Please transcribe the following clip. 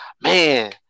man